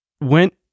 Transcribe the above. went